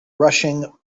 rushing